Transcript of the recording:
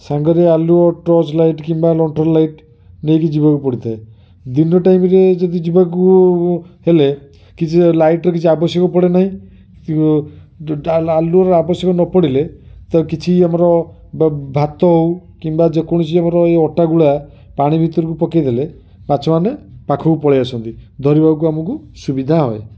ସାଙ୍ଗରେ ଆଲୁଅ torch light କିମ୍ବା ଲଣ୍ଠଣ ଲାଇଟ ନେଇକି ଯିବାକୁ ପଡ଼ିଥାଏ ଦିନ ଟାଇମ ରେ ଯଦି ଯିବାକୁ ହେଲେ କିଛି ଲାଇଟ ର କିଛି ଆବଶ୍ୟକ ପଡ଼େ ନାହିଁ କି ଆଲୁଅ ର ଆବଶ୍ୟକ ନ ପଡ଼ିଲେ ତାର କିଛି ଆମର ବା ଭାତ ହଉ କିମ୍ବା ଯେ କୌଣସି ଆମର ଏଇ ଅଟା ଗୁଳା ପାଣି ଭିତରକୁ ପକାଇଦେଲେ ମାଛ ମାନେ ପାଖକୁ ପଳାଇ ଆସନ୍ତି ଧରିବାକୁ ଆମକୁ ସୁବିଧା ହଏ